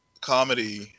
comedy